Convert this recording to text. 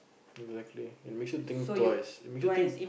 exactly it makes you think twice it makes you think